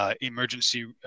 emergency